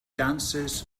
dances